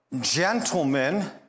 Gentlemen